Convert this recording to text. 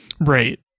right